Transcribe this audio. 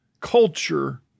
culture